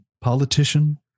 politician